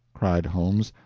cried holmes.